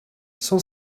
cent